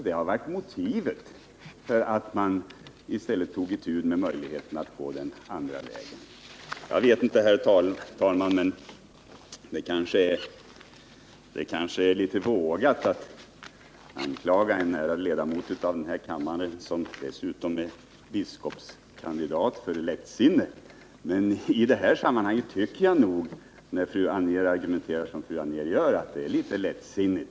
Det var motivet för att man också tog itu med möjligheten att gå den andra vägen. Jag vet inte, herr talman, men kanske är det litet vågat att anklaga en ärad ledamot av denna kammare, som dessutom är biskopskandidat, för lättsinne, men i det här sammanhanget tycker jag nog att fru Anér argumenterar lättsinnigt.